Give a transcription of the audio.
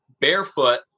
barefoot